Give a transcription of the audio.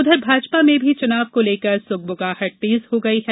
उधर भाजपा में भी चुनाव को लेकर सुगबुगाहट तेज हो गई है